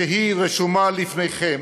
היא רשומה לפניכם,